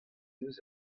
eus